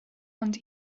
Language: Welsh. ond